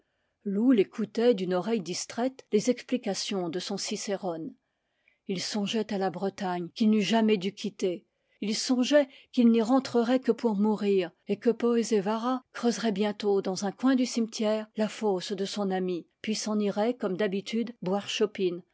loull écoutait d'une oreille distraite les explications de son cicérone il songeait à la bretagne qu'il n'eût jamais dû quitter il songeait qu'il n'y rentrerait que pour mourir et que poézévara creuserait bientôt dans un coin du cimetière la fosse de son ami puis s'en irait comme d'habitude